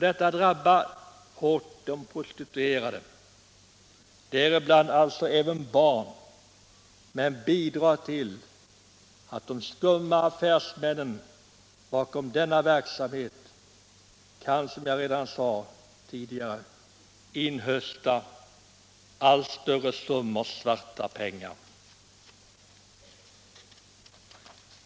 Detta drabbar hårt de prostituerade, däribland alltså även barn, men bidrar till att de skumma affärsmännen bakom denna verksamhet kan inhösta allt större summor svarta pengar.